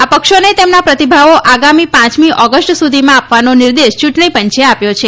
આ પક્ષોને તેમના પ્રતિભાવો આગામી પાંચમી ઓગસ્ટ સુધીમાં આપવાનો નિર્દેશ ચૂંટણી પંચે આપ્યો છે